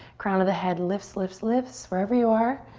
crown of the head lifts, lifts, lifts. wherever you are,